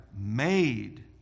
made